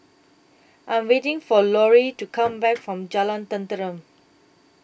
I'm waiting For Lorri to Come Back from Jalan Tenteram